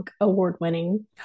award-winning